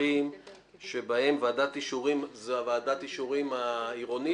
המקרים שבהם ועדת האישורים זו ועדת האישורים העירונית?